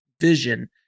vision